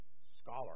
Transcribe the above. scholar